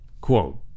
quote